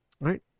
right